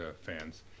fans